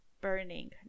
burning